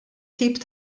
tip